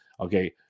Okay